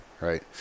right